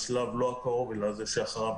לא בשלב הקרוב אלא בשלב שאחריו,